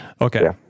Okay